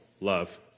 love